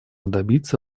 добиться